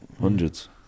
Hundreds